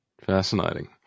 fascinating